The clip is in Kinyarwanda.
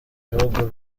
bihugu